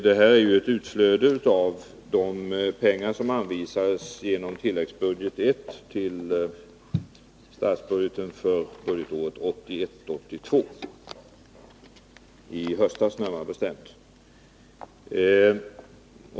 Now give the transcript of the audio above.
Det här är ett utflöde av de pengar som anvisades genom tilläggsbudget I för budgetåret 1981/82, i höstas närmare bestämt.